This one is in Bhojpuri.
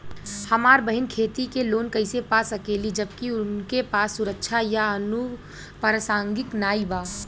हमार बहिन खेती के लोन कईसे पा सकेली जबकि उनके पास सुरक्षा या अनुपरसांगिक नाई बा?